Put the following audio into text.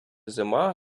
зима